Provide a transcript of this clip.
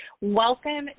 Welcome